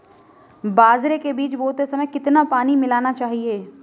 बाजरे के बीज बोते समय कितना पानी मिलाना चाहिए?